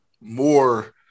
more